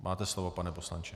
Máte slovo, pane poslanče.